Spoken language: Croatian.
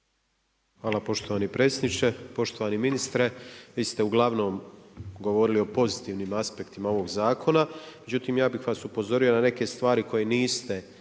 Hvala poštovani predsjedniče. Poštovani ministre, vi ste uglavnom govorili o pozitivnim aspektima ovog zakona, međutim, ja bi vas upozorio na neke stvari koje niste